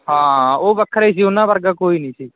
ਹਾਂ ਉਹ ਵੱਖਰੇ ਸੀ ਉਹਨਾਂ ਵਰਗਾ ਕੋਈ ਨਹੀਂ ਸੀ